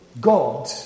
God